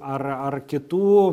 ar ar kitų